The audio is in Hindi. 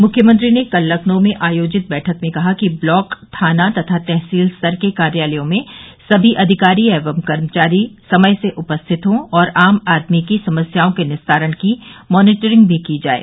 मुख्यमंत्री ने कल लखनऊ में आयोजित बैठक में कहा कि ब्लॉक थाना तथा तहसील स्तर के कार्यालयों में समी अधिकारी एवं कर्मचारी समय से उपस्थित हों और आम आदमी की समस्याओं के निस्तारण की मॉनिटरिंग भी की जाये